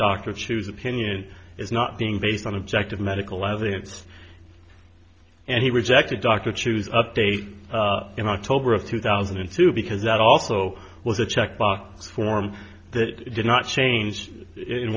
dr choose opinion is not being based on objective medical evidence and he rejected dr choose update in october of two thousand and two because that also was a checkbox form that did not change in